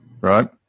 right